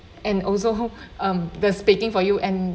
and also um the speaking for you and